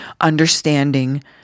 understanding